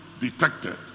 detected